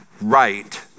right